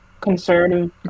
conservative